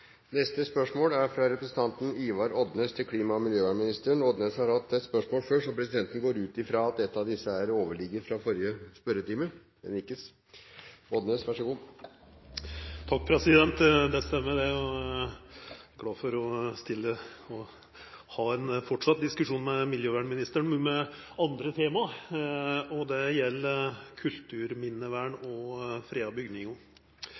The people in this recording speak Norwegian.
Neste spørsmål er fra representanten Ivar Odnes til klima- og miljøvernministeren. Odnes har hatt et spørsmål før, så presidenten går ut fra at ett av disse er en overligger fra forrige spørretime. Det stemmer, det, og eg er glad for å fortsetja diskusjonen med miljøvernministeren, men om andre tema, og det gjeld kulturminnevern